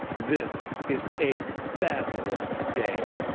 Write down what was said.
this is a fabulous day.